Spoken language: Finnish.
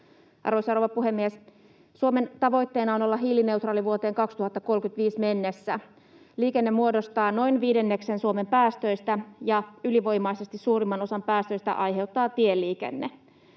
Arvoisa rouva puhemies! Suomen tavoitteena on olla hiilineutraali vuoteen 2035 mennessä. Liikenne muodostaa noin viidenneksen Suomen päästöistä, ja ylivoimaisesti suurimman osan päästöistä aiheuttaa tieliikenne.